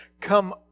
come